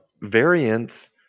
variants